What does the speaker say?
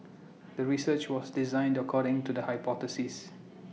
the research was designed according to the hypothesis